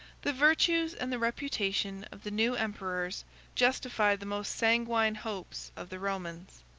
the virtues and the reputation of the new emperors justified the most sanguine hopes of the romans.